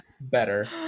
Better